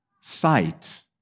sight